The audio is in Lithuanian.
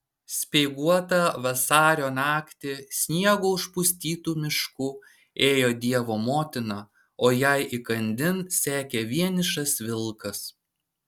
speiguotą vasario naktį sniego užpustytu mišku ėjo dievo motina o jai įkandin sekė vienišas vilkas